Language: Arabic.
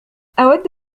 أود